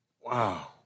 Wow